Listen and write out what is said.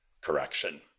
correction